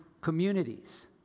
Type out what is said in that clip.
communities